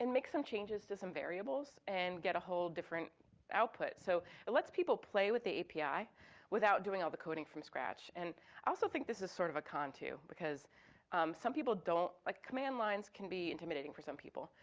and make some changes to some variables and get a whole different output. so it lets people play with the api without doing all the coding from scratch. and also think this is sort of a con, too, because some people don't, like, command lines can be intimidating for some people.